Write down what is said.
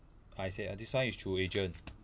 paiseh ah this one is through agent